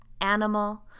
animal